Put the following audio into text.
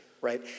right